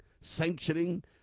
sanctioning